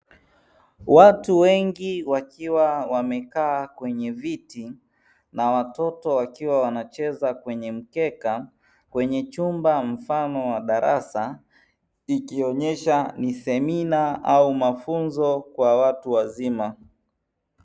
Watu wengi wakiwa wamekaa kwenye viti na watoto, wakiwa wanacheza kwenye mkeka kwenye chumba mfano wa darasa ikionyesha ni semina au mafunzo kwa watu wazima.